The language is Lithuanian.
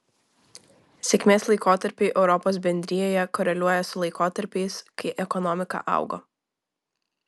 sėkmės laikotarpiai europos bendrijoje koreliuoja su laikotarpiais kai ekonomika augo